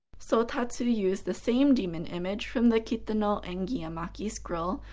sotatsu used the same demon image from the kitano enji emaki scroll,